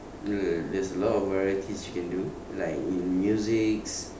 uh there's a lot of varieties you can do like in musics